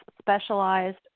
specialized